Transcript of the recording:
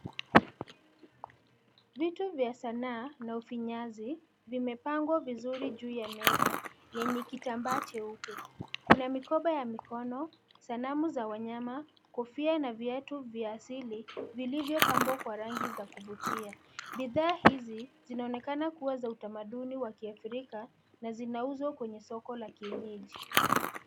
Vitu vya sanaa na ufinyazi, vimepangwa vizuri juu ya meza yenye kitambaa cheupe. Kuna mikoba ya mikono, sanamu za wanyama, kofia na viatu vya asili vilivyopambwa kwa rangi za kuvutia. Bidhaa hizi zinaonekana kuwa za utamaduni wa kiafrika na zinauzwa kwenye soko la kienyeji.